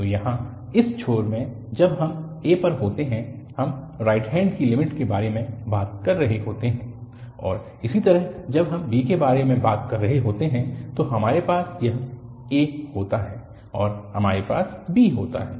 तो यहाँ इस छोर में जब हम a पर होते हैं हम राइट हैन्ड की लिमिट के बारे में बात कर रहे होते हैं और इसी तरह जब हम b के बारे में बात कर रहे होते हैं तो हमारे पास यह a होता है और हमारे पास b होता है